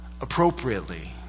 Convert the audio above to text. appropriately